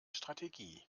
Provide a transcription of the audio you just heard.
strategie